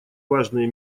важные